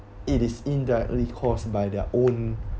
it is indirectly caused by their own